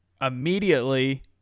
immediately